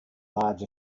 large